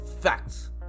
facts